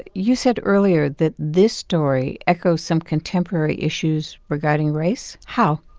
you said earlier that this story echoes some contemporary issues regarding race. how?